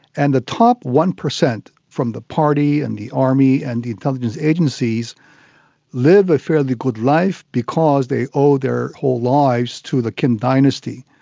and the top one percent from the party and the army and the intelligence agencies leave a fairly good life because they owe their whole lives to the kim dynasty.